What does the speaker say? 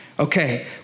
Okay